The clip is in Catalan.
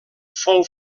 fou